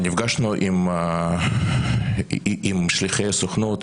נפגשנו עם שליחי הסוכנות,